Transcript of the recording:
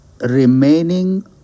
Remaining